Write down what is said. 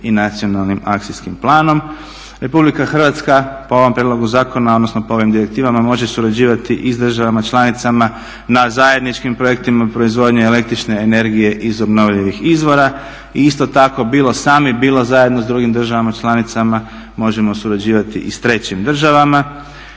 i nacionalnim akcijskim planom. RH po ovom po ovom prijedlogu zakona odnosno po ovim direktivama može surađivati i s državama članicama na zajedničkim projektima proizvodnje električne energije iz obnovljivih izvora i isto tako bilo sami, bilo zajedno s drugim državama članicama možemo surađivati i s trećim državama.